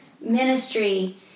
ministry